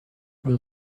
will